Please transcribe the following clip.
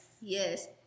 Yes